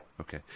Okay